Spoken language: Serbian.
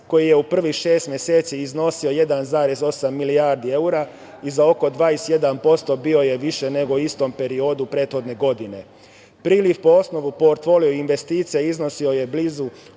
koji je u prvih šest meseci iznosio 1,8 milijardi evra i za oko 21% bio je viši nego u istom periodu prethodne godine. Priliv po osnovu portfolio investicija iznosio je blizu